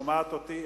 ששומעת אותי,